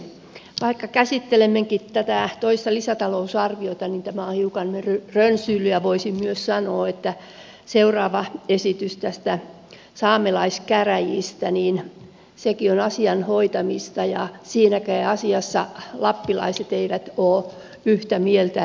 vaikka käsittelemmekin tätä toista lisätalousarviota niin tämä on hiukan rönsyillyt ja voisi myös sanoa että seuraava esitys näistä saamelaiskäräjistä on sekin asian hoitamista ja siinäkään asiassa lappilaiset eivät ole yhtä mieltä